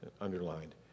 underlined